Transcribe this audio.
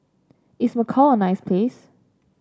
is Macau a nice place